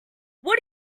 what